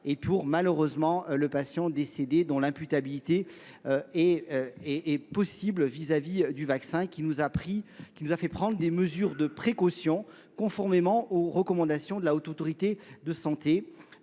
et pour malheureusement le patient décédé dont l'imputabilité est possible vis-à-vis du vaccin qui nous a fait prendre des mesures de précaution conformément aux recommandations de la haute autorité de santé